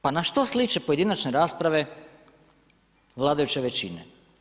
Pa na što sliče pojedinačne rasprave vladajuće većine?